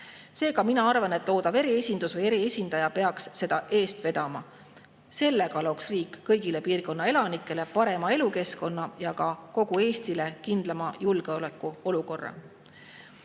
Seega mina arvan, et loodav eriesindus või eriesindaja peaks seda eest vedama. Sellega looks riik kõigile piirkonna elanikele parema elukeskkonna ja kogu Eestile kindlama julgeolekuolukorra. Mul